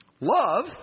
Love